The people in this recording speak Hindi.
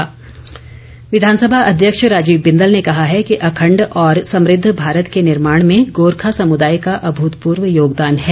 बिंदल विधानसभा अध्यक्ष राजीव बिंदल ने कहा है कि अखण्ड और समृद्ध भारत के निर्माण में गोरखा समुदाय का अभूतपूर्व योगदान है